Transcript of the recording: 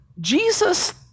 Jesus